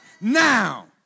now